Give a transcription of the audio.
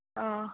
अ